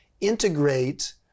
integrate